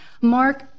mark